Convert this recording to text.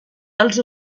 els